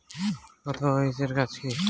KYC এর কাজ কি?